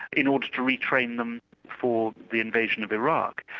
in order to re-train them for the invasion of iraq.